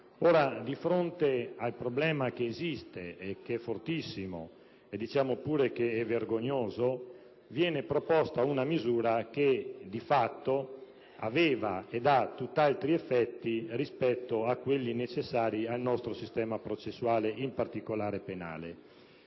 Ora, di fronte al problema che esiste e che è gravissimo (diciamo pure che è vergognoso), viene proposta una misura che di fatto aveva e ha tutt'altri effetti rispetto a quelli necessari al nostro sistema processuale, in particolare penale.